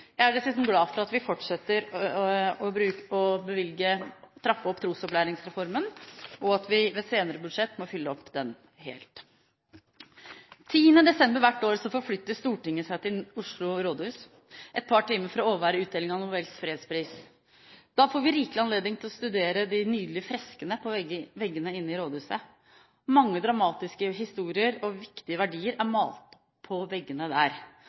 Jeg er dessuten glad for at vi fortsetter å trappe opp trosopplæringsreformen, og at vi i senere budsjetter må fylle den helt opp. 10. desember hvert år forflytter Stortinget seg til Oslo rådhus et par timer for å overvære utdelingen av Nobels fredspris. Da får vi rikelig anledning til å studere de nydelige freskene på veggene inne i rådhuset. Mange dramatiske historier og viktige verdier er malt på veggene der.